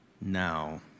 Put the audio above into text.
now